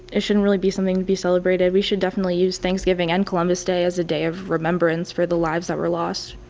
it shouldn't really be something to be celebrated. we should definitely use thanksgiving and columbus day as a day of remembrance for the lives that were lost.